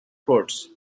prudes